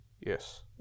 yes